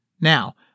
Now